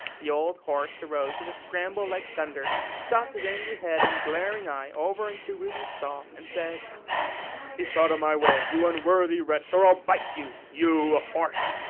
the old horse arose with a scramble like thunder, shot his angry head and glaring eye over into ruby's stall, and said keep out of my way, you unworthy wretch, or i'll bite you. you a horse!